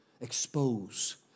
expose